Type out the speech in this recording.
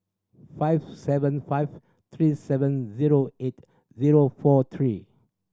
five seven five three seven zero eight zero four three